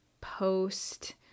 post